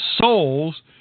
souls